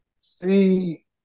See